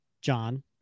John